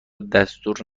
دستور